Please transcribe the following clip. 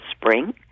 spring